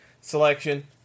selection